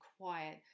quiet